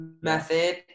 method